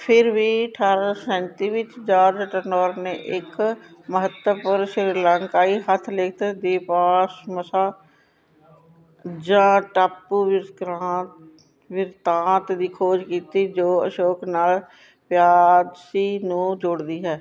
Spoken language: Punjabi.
ਫਿਰ ਵੀ ਅਠਾਰਾਂ ਸੈਂਤੀ ਵਿੱਚ ਜਾਰਜ ਟਰਨੌਰ ਨੇ ਇੱਕ ਮਹੱਤਵਪੂਰਨ ਸ਼੍ਰੀਲੰਕਾਈ ਹੱਥ ਲਿਖਤ ਦੀਪਵਮਸਾ ਜਾਂ ਟਾਪੂ ਬਿਕਰਾਂਤ ਬਿਰਤਾਂਤ ਦੀ ਖੋਜ ਕੀਤੀ ਜੋ ਅਸ਼ੋਕ ਨਾਲ ਪਿਆਦਸੀ ਨੂੰ ਜੋੜਦੀ ਹੈ